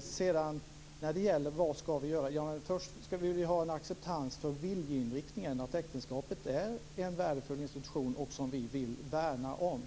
Sedan när det gäller vad vi skall göra vill jag säga att först skall vi ha en acceptans för viljeinriktningen; att äktenskapet är en värdefull institution som vi vill värna om.